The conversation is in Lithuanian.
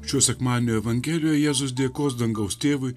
šio sekmadienio evangelijoje jėzus dėkos dangaus tėvui